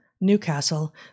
Newcastle